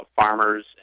farmers